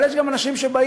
אבל יש גם אנשים שבאים